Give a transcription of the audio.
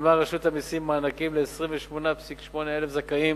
שילמה רשות המסים מענקים ל-28,800 זכאים.